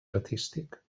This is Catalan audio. artístic